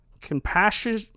Compassion